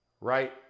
right